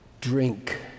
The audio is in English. drink